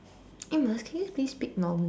Amos can you please speak normally